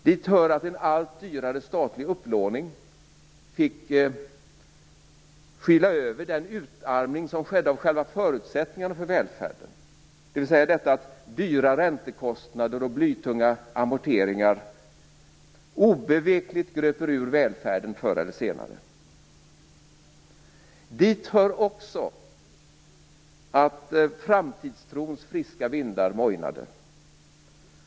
Dit hör att en allt dyrare statlig upplåning fick skyla över den utarmning som skedde av själva förutsättningarna för välfärden, dvs. att dyra räntekostnader och blytunga amorteringar obevekligt gröper ur välfärden förr eller senare. Dit hör också att framtidstrons friska vindar mojnade.